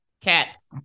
Cats